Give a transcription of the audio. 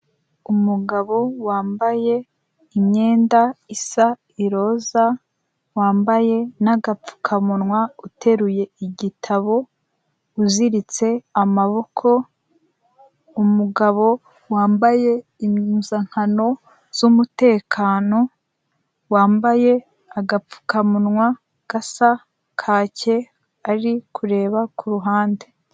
Umugabo wambaye imyenda isa iroza wambaye n'agapfukamunwa uteruye igitabo uziritse amaboko, umugabo wambaye impuzankano z'umutekano wambaye agapfukamunwa gasa kake ari kureba ku ruhande.